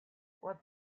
what